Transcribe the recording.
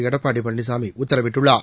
எடப்பாடி பழனிசாமி உத்தரவிட்டுள்ளார்